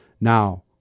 Now